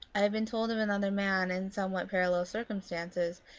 i have been told of another man in somewhat parallel circumstances,